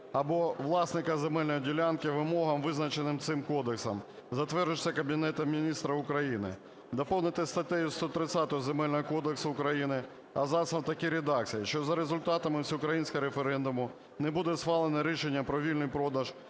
або власника земельної ділянки, вимогам, визначеним цим кодексом, затверджується Кабінетом Міністрів України". Доповнити статтю 130 Земельного кодексу України абзацом в такій редакції: "Якщо за результатами всеукраїнського референдуму не буде схвалено рішення про вільний продаж